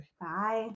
Bye